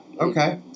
Okay